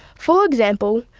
for example,